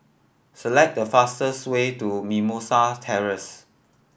select the fastest way to Mimosa Terrace